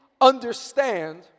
understand